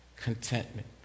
contentment